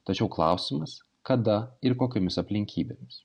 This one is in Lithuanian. tačiau klausimas kada ir kokiomis aplinkybėmis